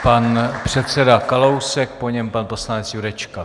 Pan předseda Kalousek, po něm pan poslanec Jurečka.